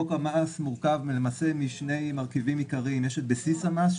חוק המס מורכב למעשה משני מרכיבים עיקריים: יש את בסיס המס,